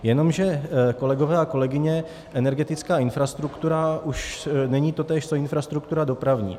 Jenomže, kolegové a kolegyně, energetická infrastruktura už není totéž co infrastruktura dopravní.